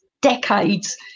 decades